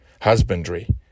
Husbandry